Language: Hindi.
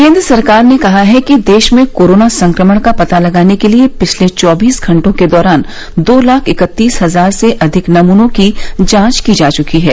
केन्द्र सरकार ने कहा है कि देश में कोरोना संक्रमण का पता लगाने के लिए पिछले चौबीस घंटे के दौरान दो लाख इकत्तीस हजार से अधिक नमूनों की जांच की जा चुकी है